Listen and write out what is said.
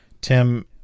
Tim